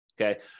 okay